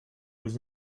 was